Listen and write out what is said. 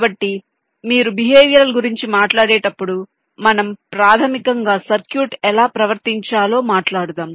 కాబట్టి మీరు బిహేవియరల్ గురించి మాట్లాడేటప్పుడు మనం ప్రాథమికంగా సర్క్యూట్ ఎలా ప్రవర్తించాలో మాట్లాడుతాం